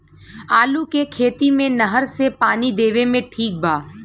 आलू के खेती मे नहर से पानी देवे मे ठीक बा?